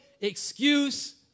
Excuse